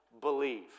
believe